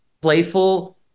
playful